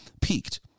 peaked